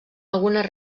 algunes